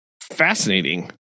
fascinating